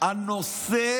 נושא